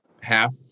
half